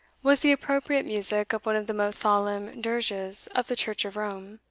was the appropriate music of one of the most solemn dirges of the church of rome.